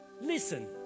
listen